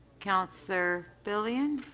councillor filion.